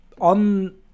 On